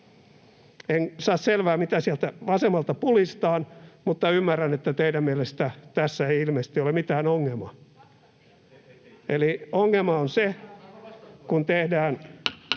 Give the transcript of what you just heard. En saa selvää, mitä sieltä vasemmalta pulistaan, mutta ymmärrän, että teidän mielestänne tässä ei ilmeisesti ole mitään ongelmaa. [Välihuutoja — Puhemies